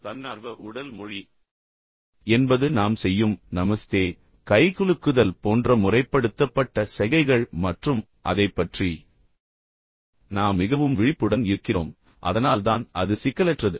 தன்னார்வ உடல் மொழி என்பது நாம் செய்யும் நமஸ்தே கைகுலுக்குதல் போன்ற முறைப்படுத்தப்பட்ட சைகைகள் மற்றும் அதைப் பற்றி நாம் மிகவும் விழிப்புடன் இருக்கிறோம் அதனால்தான் அது சிக்கலற்றது